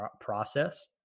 process